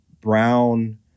Brown